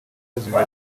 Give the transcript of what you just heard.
zihora